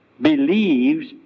Believes